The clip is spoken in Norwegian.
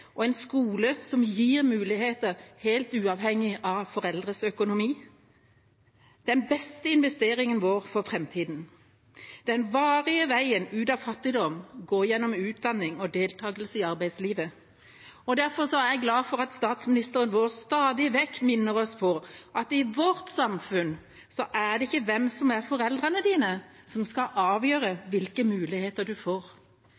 og en skole som gir muligheter helt uavhengig av foreldres økonomi. Den beste investeringen vår for framtida, den varige veien ut av fattigdom, går gjennom utdanning og deltakelse i arbeidslivet. Derfor er jeg glad for at statsministeren vår stadig vekk minner oss på at i vårt samfunn er det ikke hvem som er foreldrene dine, som skal avgjøre hvilke muligheter du får.